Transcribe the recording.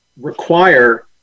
require